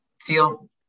feel